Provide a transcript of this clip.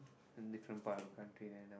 different part of the country then